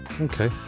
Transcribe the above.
Okay